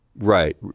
Right